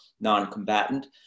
non-combatant